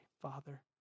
Father